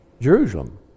Jerusalem